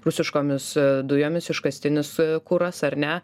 rusiškomis dujomis iškastinis kuras ar ne